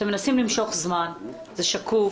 אתם מנסים למשוך זמן, זה שקוף.